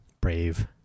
Brave